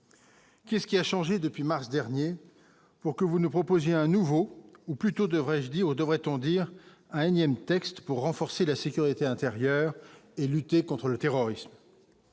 Qui est-ce qui a changé depuis mars dernier pour que vous nous proposez un nouveau, ou plutôt devrais-je dit oh, devrait-on dire à un énième texte pour renforcer la sécurité intérieure et lutter contre le terrorisme,